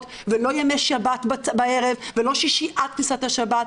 ולא ימי שבת בערב ולא שישי עד כניסת השבת,